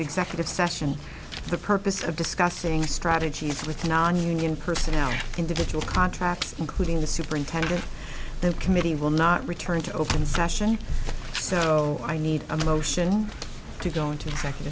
into executive session the purpose of discussing strategies with nonunion personnel individual contracts including the superintendent the committee will not return to open session so i need a motion to go into